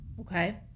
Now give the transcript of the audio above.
okay